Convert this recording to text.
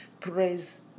praise